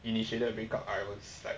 initiated a break up I was like